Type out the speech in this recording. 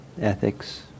ethics